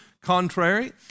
Contrary